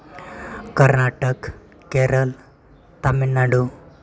Karnataka Kerala Tamil Nadu